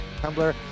Tumblr